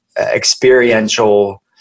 experiential